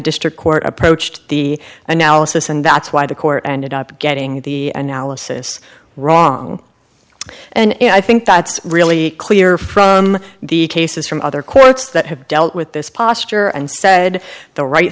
district court approached the analysis and that's why the court ended up getting the analysis wrong and i think that's really clear from the cases from other courts that have dealt with this posture and said the right